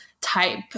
type